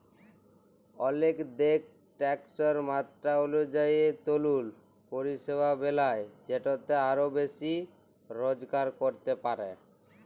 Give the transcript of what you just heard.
অলেক দ্যাশ ট্যাকসের মাত্রা অলুজায়ি লতুল পরিষেবা বেলায় যেটতে আরও বেশি রজগার ক্যরতে পারে